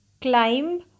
Climb